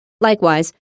Likewise